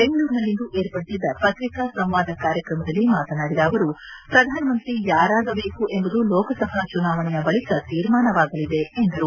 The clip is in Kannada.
ಬೆಂಗಳೂರಿನಲ್ಲಿಂದು ಏರ್ಪಡಿಸಿದ್ದ ಪತ್ರಿಕಾ ಸಂವಾದ ಕಾರ್ಯಕ್ರಮದಲ್ಲಿ ಮಾತನಾಡಿದ ಅವರು ಪ್ರಧಾನಮಂತ್ರಿ ಯಾರಗಬೇಕು ಎಂಬುದು ಲೋಕಸಭಾ ಚುನಾವಣೆಯ ಬಳಿಕ ತೀರ್ಮಾನವಾಗಲಿದೆ ಎಂದರು